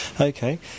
Okay